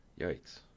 Yikes